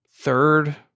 third